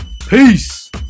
Peace